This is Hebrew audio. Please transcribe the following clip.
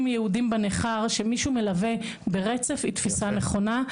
יהודים בניכר שמישהו מלווה ברצף היא תפיסה נכונה.